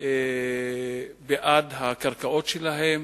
בעד הקרקעות שלהם,